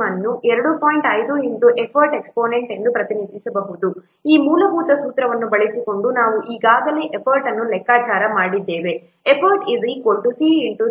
5exponent ಎಂದು ಪ್ರತಿನಿಧಿಸಬಹುದು ಈ ಮೂಲಭೂತ ಸೂತ್ರವನ್ನು ಬಳಸಿಕೊಂಡು ನಾವು ಈಗಾಗಲೇ ಎಫರ್ಟ್ ಅನ್ನು ಲೆಕ್ಕಾಚಾರ ಮಾಡಿದ್ದೇವೆ effort c x sizek